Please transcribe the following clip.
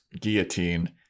guillotine